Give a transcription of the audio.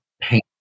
paint